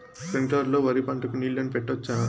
స్ప్రింక్లర్లు లో వరి పంటకు నీళ్ళని పెట్టొచ్చా?